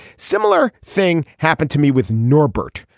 similar thing happened to me with norbert.